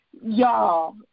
Y'all